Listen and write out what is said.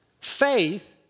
Faith